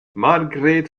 margret